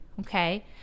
Okay